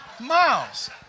Miles